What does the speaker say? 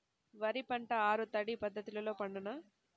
వరి పంట ఆరు తడి పద్ధతిలో పండునా?